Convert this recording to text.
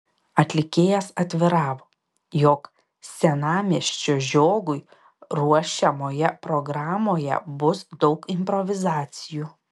atlikėjas atviravo jog senamiesčio žiogui ruošiamoje programoje bus daug improvizacijų